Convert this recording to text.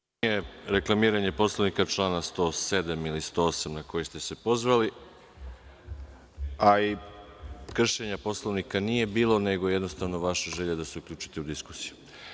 Ovo više nije reklamiranje Poslovnika, člana 107. ili 108, na koji ste se pozvali, a i kršenja Poslovnika nije bilo, nego jednostavno vaša želja da se uključite u diskusiju.